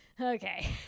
Okay